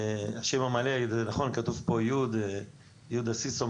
השם המלא הוא יהודה סיסו,